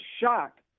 shocked